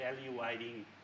evaluating